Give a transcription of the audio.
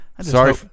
sorry